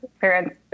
parents